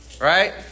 Right